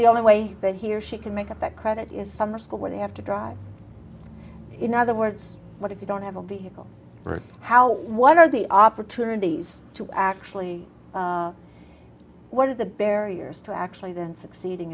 the only way that he or she can make up that credit is summer school where they have to drive in other words what if you don't have a vehicle how what are the opportunities to actually what are the barriers to actually then succeeding